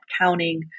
counting